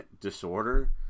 disorder